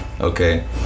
okay